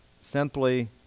simply